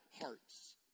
hearts